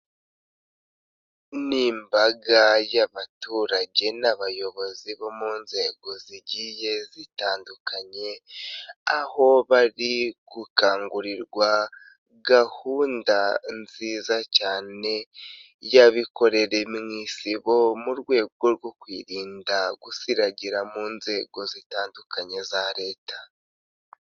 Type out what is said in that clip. Ni imbaga y'abaturage n'abayobozi bo mu nzego zigiye zitandukanye, aho bari gukangurirwa, gahunda nziza cyane y'abikorere mu isibo, mu rwego rwo kwirinda gusiragira mu nzego zitandukanye za leta.